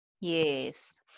Yes